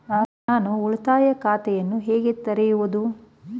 ನಾನು ಉಳಿತಾಯ ಖಾತೆಯನ್ನು ಹೇಗೆ ತೆರೆಯುವುದು?